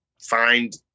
find